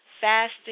Fasting